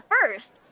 first